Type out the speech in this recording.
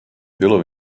bylo